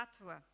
atua